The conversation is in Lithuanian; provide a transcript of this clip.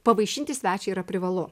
pavaišinti svečią yra privalu